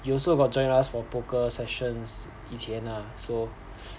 you also got join us for poker sessions 以前 lah so